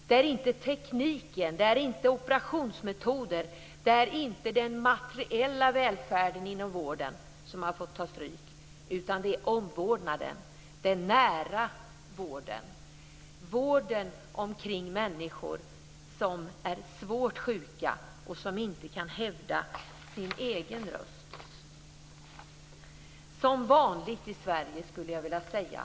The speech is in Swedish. Det är inte tekniken, det är inte operationsmetoderna, det är inte den materiella välfärden inom vården som har fått ta stryk, utan det är omvårdnaden, den nära vården, vården omkring människor som är svårt sjuka och som inte kan höja sin egen röst - som vanligt i Sverige, skulle jag vilja säga.